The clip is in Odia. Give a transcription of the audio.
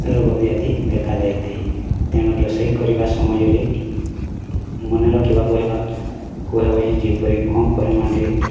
ରୋଗ ବି ଆଦି ଦେଖାଯାଇ ଥାଏ ତେଣୁ ରୋଷେଇ କରିବା ସମୟରେ ମନେ ରଖିବାକୁ ହେବ କୁହା ହେବ ଯେପରି କମ୍ ପରିମାଣରେ